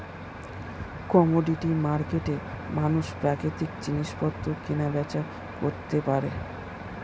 commodity মার্কেটে মানুষ প্রাকৃতিক জিনিসপত্র কেনা বেচা করতে পারে